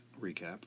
Recap